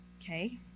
Okay